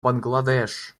бангладеш